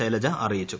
ശൈലജ അറിയിച്ചു